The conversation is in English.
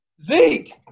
Zeke